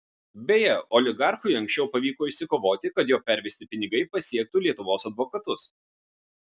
beje oligarchui anksčiau pavyko išsikovoti kad jo pervesti pinigai pasiektų lietuvos advokatus